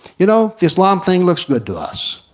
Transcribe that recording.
you know the islam thing looks good to us.